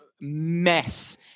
mess